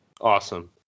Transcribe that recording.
awesome